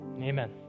Amen